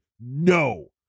no